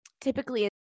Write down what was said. typically